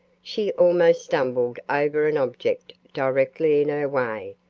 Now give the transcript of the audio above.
she almost stumbled over an object directly in her way,